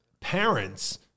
parents